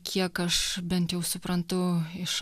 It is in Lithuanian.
kiek aš bent jau suprantu iš